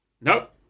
Nope